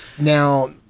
now